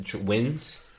wins